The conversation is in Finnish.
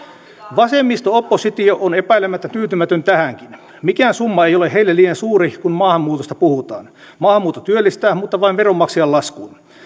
vasemmisto oppositio on epäilemättä tyytymätön tähänkin mikään summa ei ole heille liian suuri kun maahanmuutosta puhutaan maahanmuutto työllistää mutta vain veronmaksajan laskuun